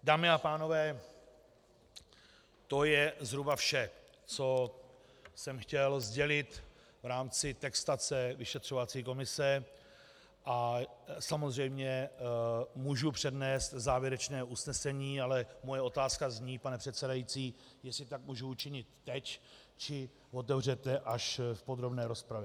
Dámy a pánové, to je zhruba vše, co jsem chtěl sdělit v rámci textace vyšetřovací komise, a samozřejmě můžu přednést závěrečné usnesení, ale moje otázka zní, pane předsedající, jestli tak můžu učinit teď, či až v podrobné rozpravě.